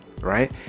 right